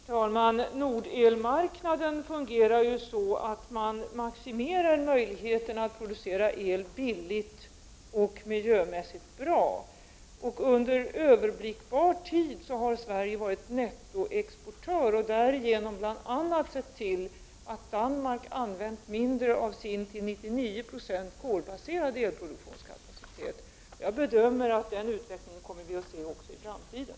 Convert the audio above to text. Herr talman! Nordelmarknaden fungerar ju så att man maximerar möjligheterna att producera el billigt och miljömässigt bra. Under överblickbar tid har Sverige varit nettoexportör och därigenom bl.a. sett till att Danmark använt mindre av sin till 99 96 kolbaserade elproduktionskapacitet. Jag bedömer att vi kommer att se den utvecklingen också i framtiden.